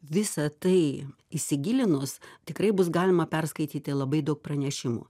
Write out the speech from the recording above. visa tai įsigilinus tikrai bus galima perskaityti labai daug pranešimų